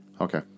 Okay